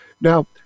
Now